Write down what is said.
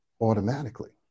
automatically